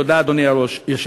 תודה, אדוני היושב-ראש.